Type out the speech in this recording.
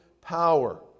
power